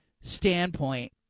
standpoint